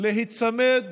להיצמד